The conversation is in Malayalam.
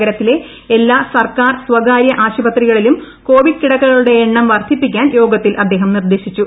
നഗരത്തിലെ എല്ലാ ് സർക്കാർ സ്വകാര്യ ആശുപത്രികളിലും കോവിഡ് കിടക്കകളുടെ എണ്ണം വർദ്ധിപ്പിക്കാൻ യോഗത്തിൽ അദ്ദേഹം നിർദ്ദേശിച്ചു